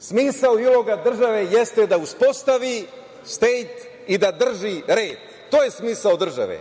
Smisao i uloga države jeste da uspostavi stejt i da drži red. To je smisao države.